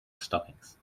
stockings